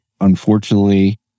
unfortunately